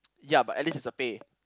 ya but at least it's a pay